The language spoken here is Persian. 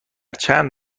چند